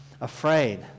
afraid